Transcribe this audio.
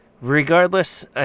regardless